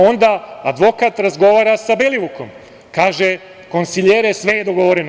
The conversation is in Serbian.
Onda advokat razgovara sa Belivukom i kaže: „Konsiljere, sve je dogovoreno.